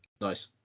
Nice